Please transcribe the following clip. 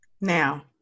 Now